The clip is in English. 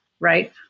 right